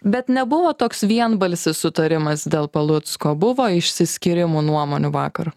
bet nebuvo toks vienbalsis sutarimas dėl palucko buvo išsiskyrimo nuomonių vakar